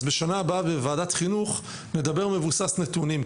אז בשנה הבאה בוועדת חינוך נקיים דיון מבוסס נתונים.